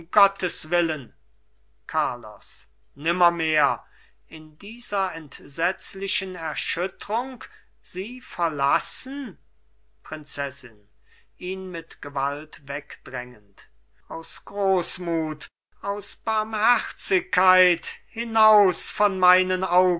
gottes willen carlos nimmermehr in dieser entsetzlichen erschüttrung sie verlassen prinzessin ihn mit gewalt wegdrängend aus großmut aus barmherzigkeit hinaus von meinen